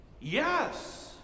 Yes